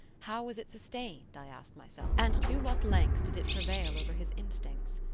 how was it sustained? i asked myself, and to what length did it prevail over his instincts?